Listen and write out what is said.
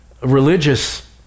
religious